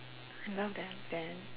I love